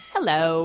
Hello